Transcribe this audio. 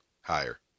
Higher